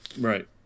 Right